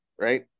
right